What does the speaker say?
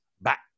back